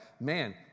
man